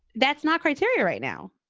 that's not criteria right now